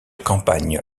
campagnes